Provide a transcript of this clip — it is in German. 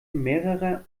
mehrerer